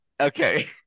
Okay